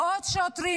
מאות שוטרים.